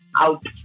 out